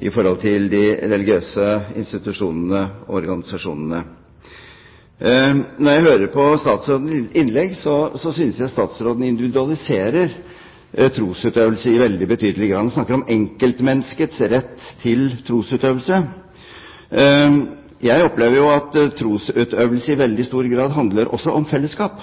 i forhold til de religiøse institusjonene og organisasjonene. Når jeg hører på statsrådens innlegg, synes jeg statsråden individualiserer trosutøvelsen i betydelig grad. Han snakker om enkeltmenneskets rett til trosutøvelse. Jeg opplever at trosutøvelse i veldig stor grad også handler om fellesskap,